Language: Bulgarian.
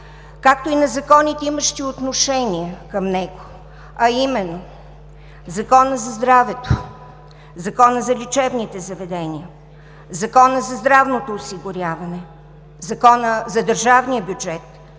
както и на законите, имащи отношение към него, а именно: Законът за здравето, Законът за лечебните заведения, Законът за здравното осигуряване, Законът за държавния бюджет,